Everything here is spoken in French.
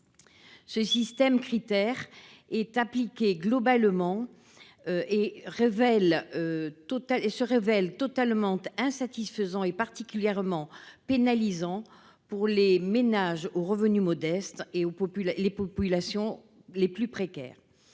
Ce système, appliqué de manière globale, se révèle totalement insatisfaisant et particulièrement pénalisant pour les ménages aux revenus modestes et les populations les plus précaires.